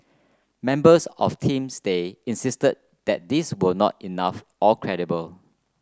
members of Team Stay insisted that these were not enough or credible